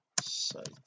site